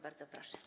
Bardzo proszę.